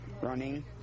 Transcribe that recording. Running